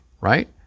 right